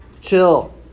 Chill